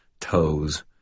toes